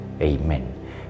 Amen